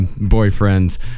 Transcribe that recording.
boyfriend's